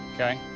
okay,